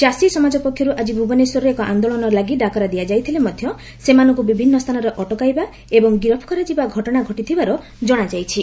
ଚାଷୀ ସମାଜ ପକ୍ଷରୁ ଆକି ଭୁବନେଶ୍ୱରରେ ଏକ ଆନ୍ଦୋଳନ ଲାଗି ଡାକରା ଦିଆଯାଇଥିଲେ ମଧ୍ଧ ସେମାନଙ୍ଙୁ ବିଭିନ୍ନ ସ୍ଚାନରେ ଅଟକାଇବା ଏବଂ ଗିରଫ କରାଯିବା ଘଟଣା ଘଟିଥିବାର କଣାଯାଇଛି